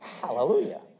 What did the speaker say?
Hallelujah